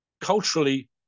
culturally